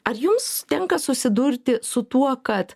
ar jums tenka susidurti su tuo kad